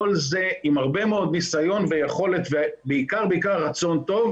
כל זה עם הרבה מאוד ניסיון ויכולת ובעיקר רצון טוב,